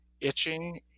itching